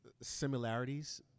similarities